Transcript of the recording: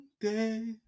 day